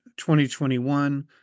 2021